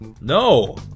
No